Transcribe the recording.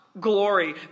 glory